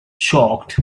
shocked